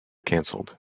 cancelled